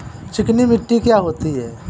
चिकनी मिट्टी क्या होती है?